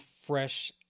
fresh